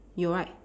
有 right